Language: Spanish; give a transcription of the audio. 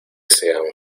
sean